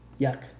Yuck